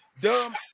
Dumb